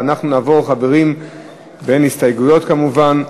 אין הסתייגויות כמובן,